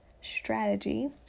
strategy